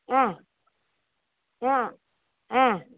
ம் ம் ம்